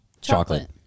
Chocolate